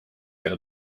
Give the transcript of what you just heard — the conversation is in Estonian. keda